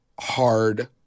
hard